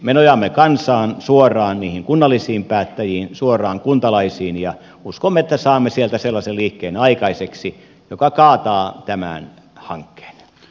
me nojaamme kansaan suoraan niihin kunnallisiin päättäjiin suoraan kuntalaisiin ja uskomme että saamme sieltä sellaisen liikkeen aikaiseksi joka kaataa tämän hankkeen